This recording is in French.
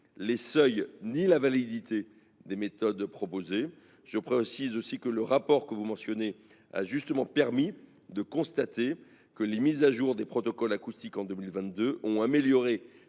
les seuils ni la validité des méthodes proposées. Le rapport que vous mentionnez a justement permis de constater que les mises à jour des protocoles acoustiques en 2022 ont amélioré